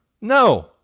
no